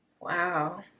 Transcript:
Wow